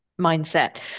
mindset